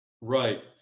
Right